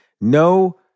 No